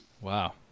Wow